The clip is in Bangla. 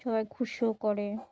সবাইকে খুশিও করে